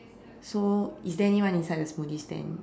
so is there anyone inside the smoothie stand